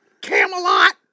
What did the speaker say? Camelot